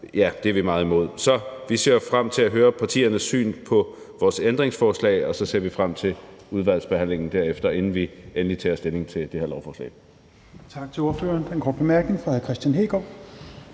er vi meget imod. Så vi ser frem til at høre partiernes syn på vores ændringsforslag, og så ser vi frem til udvalgsbehandlingen derefter, inden vi endeligt tager stilling til det her lovforslag.